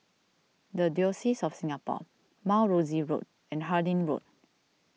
the Diocese of Singapore Mount Rosie Road and Harding Road